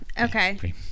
Okay